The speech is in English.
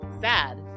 sad